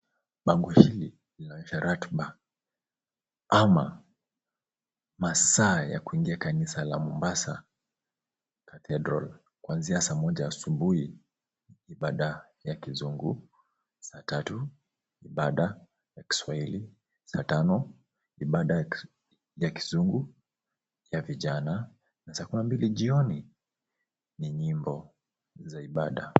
Bango hili linaonyesha ratiba ama masaa ya kuingia kanisa la Mombasa Cathedral. Kuanzia saa moja asubuhi ibada ya kizungu, saa tatu ibada ya kiswahili, saa tano ibada ya kizungu ya vijana na saa kumi na mbili jioni nyimbo za ibada.